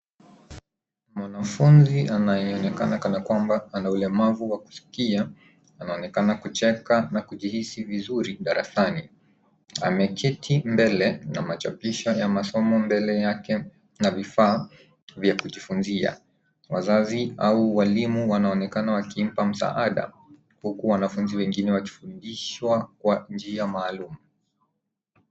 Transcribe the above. Mwanafunzi anayeonekana kana kwamba ana ulemavu wa kusikia, anaonekana kucheka na kujihisi vizuri darasani. Ameketi mbele na machapisho ya masomo mbele yake, na vifaa vya kujifunzia. Wazazi au walimu wanaonekana wakimpa msaada, huku wanafunzi wengine wakifundishwa kwa njia maalum.